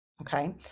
Okay